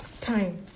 time